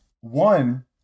One